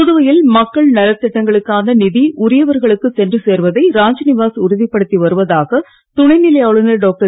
புதுவையில் மக்கள் நலத்திட்டங்களுக்கான நிதி உரியவர்களுக்கு சென்று சேர்வதை ராஜ்நிவாஸ் உறுதிப்படுத்தி வருவதாக துணைநிலை ஆளுநர் டாக்டர்